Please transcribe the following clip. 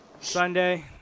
Sunday